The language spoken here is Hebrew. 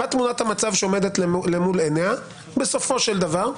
מה תמונת המצב שעומדת אל מול עיניה בסופו של דבר.